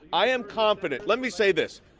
i am confident, let me say this,